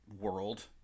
world